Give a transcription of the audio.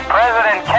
President